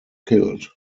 killed